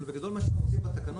אבל בגדול מה שעושים בתקנות,